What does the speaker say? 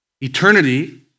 Eternity